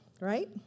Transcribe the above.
right